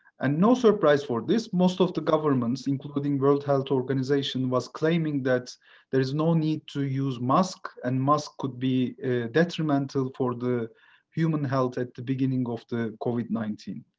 and no surprise for this, most of the governments, including world health organization, was claiming that there is no need to use mosque and mosque could be detrimental for the human human health at the beginning of the covid nineteen.